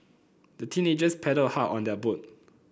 the teenagers paddled hard on their boat